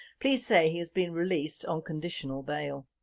police say he has been released on conditional bail.